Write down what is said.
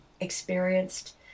experienced